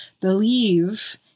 believe